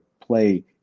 play